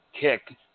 kick